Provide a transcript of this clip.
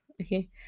Okay